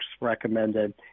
recommended